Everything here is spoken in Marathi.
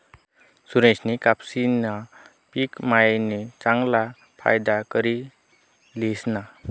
सुरेशनी कपाशीना पिक मायीन चांगला फायदा करी ल्हिना